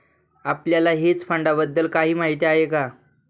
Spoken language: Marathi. आपल्याला हेज फंडांबद्दल काही माहित आहे का?